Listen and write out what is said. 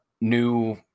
new